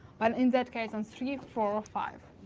but in that case on three, four, or five.